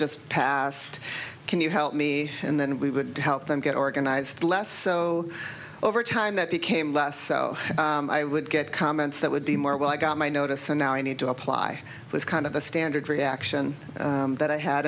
just passed can you help me and then we would help them get organized less so over time that became less so i would get comments that would be more well i got my notice and now i need to apply this kind of a standard reaction that i had